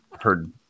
heard